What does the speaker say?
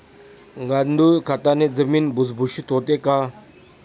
गांडूळ खताने जमीन भुसभुशीत होते का?